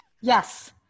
Yes